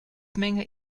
menge